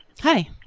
Hi